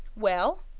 well,